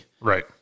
Right